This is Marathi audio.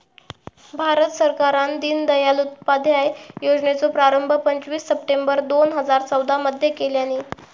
भारत सरकारान दिनदयाल उपाध्याय योजनेचो प्रारंभ पंचवीस सप्टेंबर दोन हजार चौदा मध्ये केल्यानी